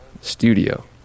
studio